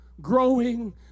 Growing